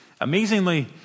Amazingly